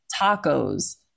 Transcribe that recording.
tacos